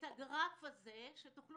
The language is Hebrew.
אבל אני רוצה להראות את הגרף הזה, שמתאר